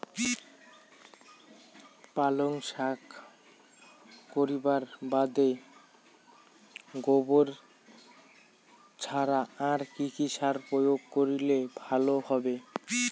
পালং শাক করিবার বাদে গোবর ছাড়া আর কি সার প্রয়োগ করিলে ভালো হবে?